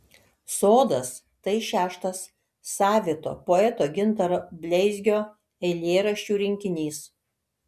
sodas tai šeštas savito poeto gintaro bleizgio eilėraščių rinkinys